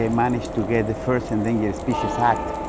ah, managed to get the first endangered species act.